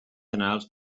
generals